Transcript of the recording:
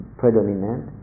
predominant